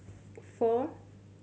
four